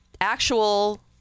actual